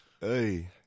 Hey